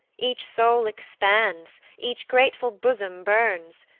each soul expands, each grateful bosom burns,